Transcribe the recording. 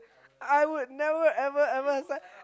I would never ever ever ever sign